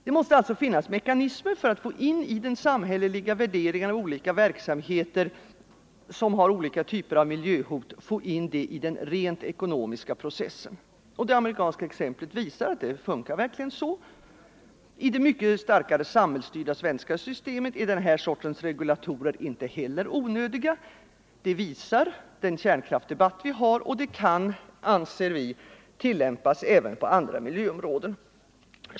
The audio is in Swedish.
Det måste finnas mekanismer för att i den rent ekonomiska processen få in den samhälleliga värderingen av verksamheter med olika typer av miljöhot. Det amerikanska exemplet visar att så är möjligt att göra. I det mycket starkare samhällsstyrda svenska systemet är den här sortens regulatorer inte heller onödiga. Det visar kärnkraftdebatten här i landet, och de kan tillämpas även på andra miljöområden.